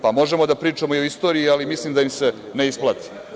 Pa, možemo da pričamo i o istoriji, ali mislim da im se ne isplati.